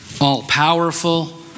all-powerful